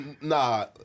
Nah